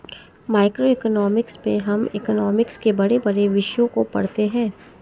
macroeconomics में हम economics के बड़े बड़े विषयों को पढ़ते हैं